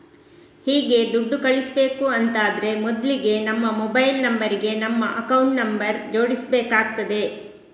ಹೀಗೆ ದುಡ್ಡು ಕಳಿಸ್ಬೇಕು ಅಂತಾದ್ರೆ ಮೊದ್ಲಿಗೆ ನಮ್ಮ ಮೊಬೈಲ್ ನಂಬರ್ ಗೆ ನಮ್ಮ ಅಕೌಂಟ್ ನಂಬರ್ ಜೋಡಿಸ್ಬೇಕಾಗ್ತದೆ